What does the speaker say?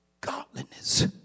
godliness